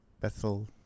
Bethel